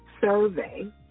survey